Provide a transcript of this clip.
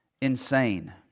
insane